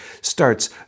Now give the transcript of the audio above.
starts